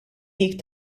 dik